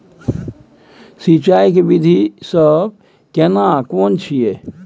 सिंचाई के विधी सब केना कोन छिये?